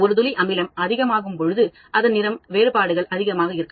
ஒரு துளி அமிலம் அதிகமாக ஆகும் பொழுது அதன் நிறம் வேறுபாடுகள் அதிகமாக இருக்கும்